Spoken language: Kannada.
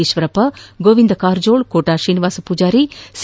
ಈಶ್ವರಪ್ಪ ಗೋವಿಂದ ಕಾರಜೋಳ ಕೋಟಾ ಶ್ರೀನಿವಾಸ ಪೂಜಾರಿ ಸಿ